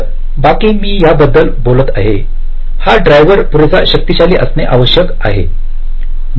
तर बाकी मी याबद्दल बोलत आहे हा ड्रायव्हर पुरेसा शक्तिशाली असणे आवश्यक आहे